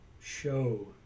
Show